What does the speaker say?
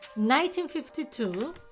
1952